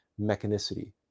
mechanicity